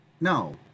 No